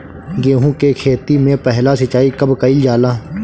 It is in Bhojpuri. गेहू के खेती मे पहला सिंचाई कब कईल जाला?